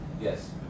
yes